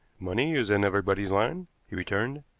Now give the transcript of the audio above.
money is in everybody's line, he returned.